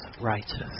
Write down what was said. righteous